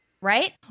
right